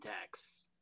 tax